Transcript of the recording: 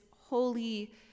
holy